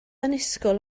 annisgwyl